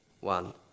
one